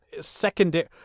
secondary